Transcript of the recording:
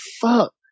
fuck